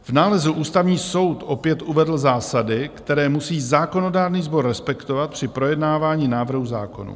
V nálezu Ústavní soud opět uvedl zásady, které musí zákonodárný sbor respektovat při projednávání návrhů zákonů.